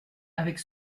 avec